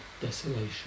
desolation